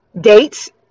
dates